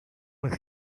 with